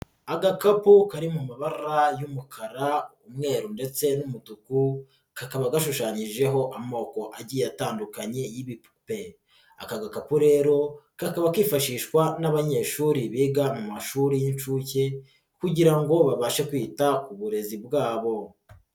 Agakapo kari mu mara y'umukara, umweru ndetse n'umutuku, kakaba gashushanyijeho amoko agiye atandukanye y'ibipupe, aka gakapu rero kakaba kifashishwa n'abanyeshuri biga mu mashuri y'inshuke kugira ngo babashe kwita ku burezi bwabo.